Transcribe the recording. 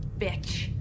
bitch